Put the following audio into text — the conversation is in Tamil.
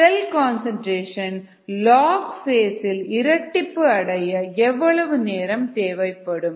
b cell concentration log base சில் இரட்டிப்பு அடைய எவ்வளவு நேரம் தேவைப்படும்